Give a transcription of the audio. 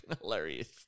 hilarious